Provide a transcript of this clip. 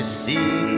see